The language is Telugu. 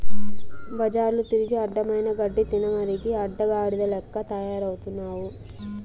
బజార్ల తిరిగి అడ్డమైన గడ్డి తినమరిగి అడ్డగాడిద లెక్క తయారవుతున్నావు